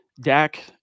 Dak